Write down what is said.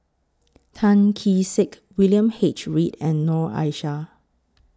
Tan Kee Sek William H Read and Noor Aishah